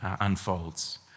unfolds